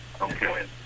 Okay